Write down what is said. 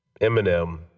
Eminem